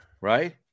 Right